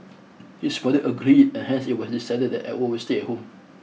his mother agreed and hence it was decided that Edward would stay at home